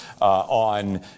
on